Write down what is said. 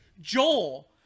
Joel